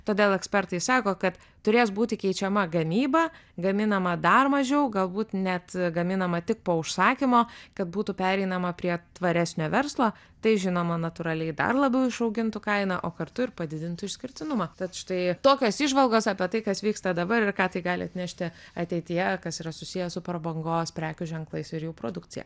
todėl ekspertai sako kad turės būti keičiama gamyba gaminama dar mažiau galbūt net gaminama tik po užsakymo kad būtų pereinama prie tvaresnio verslo tai žinoma natūraliai dar labiau išaugintų kainą o kartu ir padidintų išskirtinumą tad štai tokios įžvalgos apie tai kas vyksta dabar ir ką tai gali atnešti ateityje kas yra susiję su prabangos prekių ženklais ir jų produkcija